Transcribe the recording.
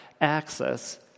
access